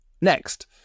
next